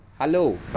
hello